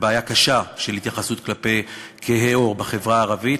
בעיה קשה של התייחסות כלפי כהי עור בחברה הערבית.